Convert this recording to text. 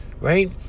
right